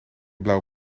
blauwe